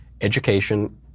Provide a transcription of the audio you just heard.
education